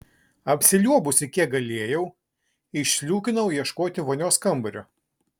apsiliuobusi kiek galėjau išsliūkinau ieškoti vonios kambario